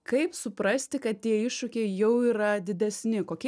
kaip suprasti kad tie iššūkiai jau yra didesni kokie